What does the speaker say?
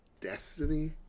Destiny